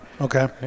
Okay